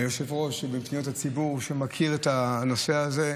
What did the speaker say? והיושב-ראש, שמפניות הציבור מכיר את הנושא הזה.